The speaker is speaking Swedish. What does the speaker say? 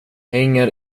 hänger